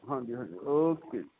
ਹਾਂਜੀ ਹਾਂਜੀ ਓਕੇ ਜੀ